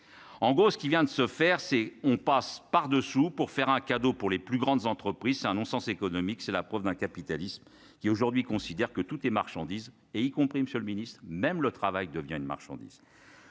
en gros ce qui vient de se faire, c'est on passe par-dessous pour faire un cadeau pour les plus grandes entreprises, c'est un non-sens économique, c'est la preuve d'un capitalisme qui aujourd'hui considèrent que toutes les marchandises et y compris Monsieur le Ministre, même le travail devient une marchandise,